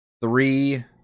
three